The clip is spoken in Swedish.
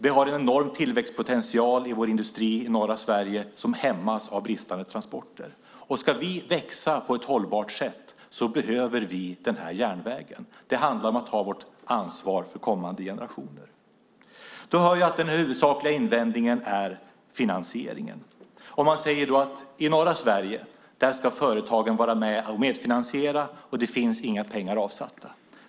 Vi har en enorm tillväxtpotential i vår industri i norra Sverige som hämmas av bristande transporter, och ska vi växa på ett hållbart sätt behöver vi den här järnvägen. Det handlar om att ta vårt ansvar för kommande generationer. Då hör vi att den huvudsakliga invändningen är finansieringen. Man säger att i norra Sverige ska företagen vara medfinansiärer, och det finns inga pengar avsatta.